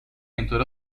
اینطوره